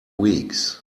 weeks